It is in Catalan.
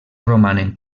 romanen